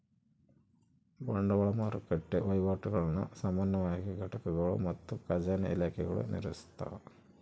ಬಂಡವಾಳ ಮಾರುಕಟ್ಟೆ ವಹಿವಾಟುಗುಳ್ನ ಸಾಮಾನ್ಯವಾಗಿ ಘಟಕಗಳು ಮತ್ತು ಖಜಾನೆ ಇಲಾಖೆಗಳು ನಿರ್ವಹಿಸ್ತವ